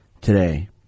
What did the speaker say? today